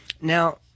Now